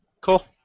Cool